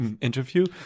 interview